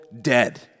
dead